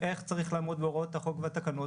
איך צריך לעמוד בהוראות החוק והתקנות,